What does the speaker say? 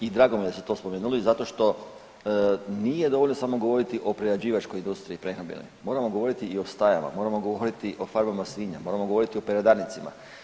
I drago mi je da ste to spomenuli zato što nije dovoljno samo govoriti o prerađivačkoj industriji i prehrambenoj, moramo govoriti i o stajama, moramo govoriti o farmama svinja, moramo govoriti o peradarnicima.